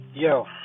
Yo